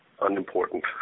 unimportant